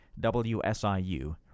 WSIU